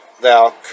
thou